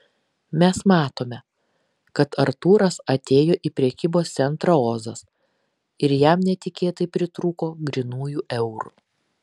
mes matome kad artūras atėjo į prekybos centrą ozas ir jam netikėtai pritrūko grynųjų eurų